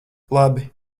labi